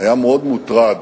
היה מאוד מוטרד